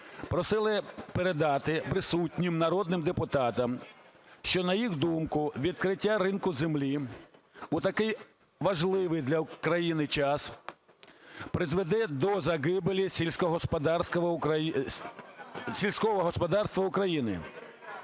просили передати присутнім народним депутатам, що, на їх думку , відкриття ринку землі у таких важливий для країни час призведе до загибелі сільського господарства України.